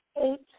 eight